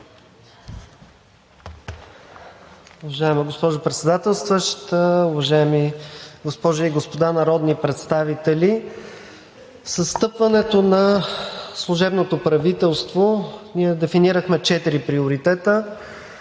Уважаема госпожо Председателстващ, уважаеми госпожи и господа народни представители! С встъпването на служебното правителство ние дефинирахме четири приоритета.